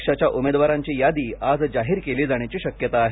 पक्षाच्या उमेदवारांची यादी आज जाहीर केली जाण्याची शक्यता आहे